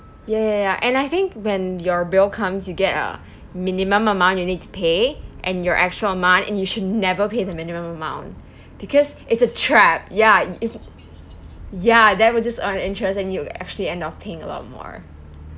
ya ya ya and I think when your bill comes you get a minimum amount you need to pay and your actual amount and you should never pay the minimum amount because it's a trap ya if ya that would just earn interest and you actually end off paying a lot more